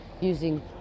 using